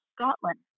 Scotland